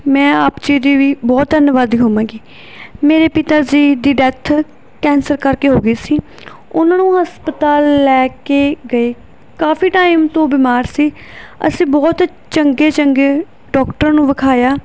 ਮੈਂ ਆਪ ਜੀ ਦੀ ਵੀ ਬਹੁਤ ਧੰਨਵਾਦੀ ਹੋਵਾਂਗੀ ਮੇਰੇ ਪਿਤਾ ਜੀ ਦੀ ਡੈਥ ਕੈਂਸਰ ਕਰਕੇ ਹੋ ਗਈ ਸੀ ਉਹਨਾਂ ਨੂੰ ਹਸਪਤਾਲ ਲੈ ਕੇ ਗਏ ਕਾਫੀ ਟਾਈਮ ਤੋਂ ਬਿਮਾਰ ਸੀ ਅਸੀਂ ਬਹੁਤ ਚੰਗੇ ਚੰਗੇ ਡਾਕਟਰ ਨੂੰ ਵਿਖਾਇਆ